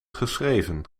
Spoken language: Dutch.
geschreven